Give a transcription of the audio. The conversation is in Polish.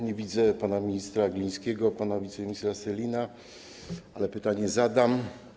Nie widzę pana ministra Glińskiego, pana wiceministra Sellina, ale pytania zadam.